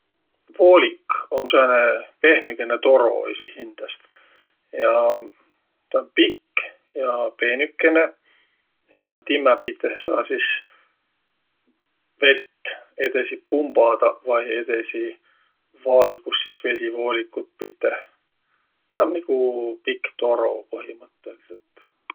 Voolik um sääne pehmegene toro esiqhindäst. Ja taa um pikk ja peenükene. Ja timmä piteh saa sis vett edesi pumbadaq vai edesi valgus sis vesi voolikut piteh. Tä um nigu pikk toro põhimõttõlidsõlt.